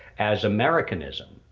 as americanism.